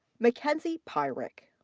mackenzie peirick.